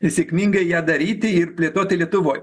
sėkmingai ją daryti ir plėtoti lietuvoj